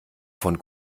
von